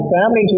Family